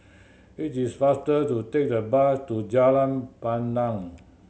it is faster to take the bus to Jalan Pandan